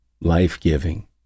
life-giving